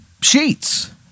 sheets